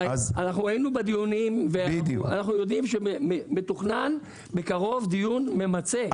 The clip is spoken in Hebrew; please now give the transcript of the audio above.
אנחנו היינו בדיונים ואנחנו יודעים שמתוכנן בקרוב דיון ממצה.